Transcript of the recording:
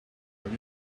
have